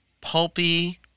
pulpy